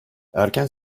erken